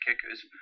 kickers